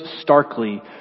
starkly